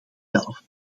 zelf